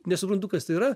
nesuprantu kas tai yra